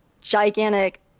gigantic